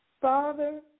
Father